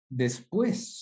Después